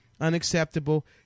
unacceptable